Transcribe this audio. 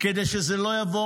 כדי שזה לא יבוא